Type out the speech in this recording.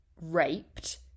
raped